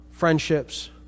friendships